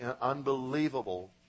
unbelievable